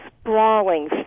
sprawling